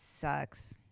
sucks